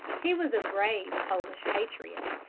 he was a brave polish patriot,